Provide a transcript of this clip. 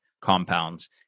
compounds